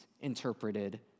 interpreted